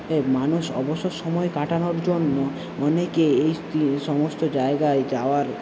মানুষ অবসর সময় কাটানোর জন্য অনেকে এই সমস্ত জায়গায় যাওয়ার